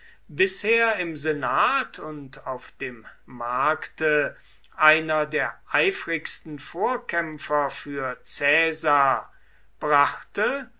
bisher im senat und auf dem markte einer der eifrigsten vorkämpfer für caesar brachte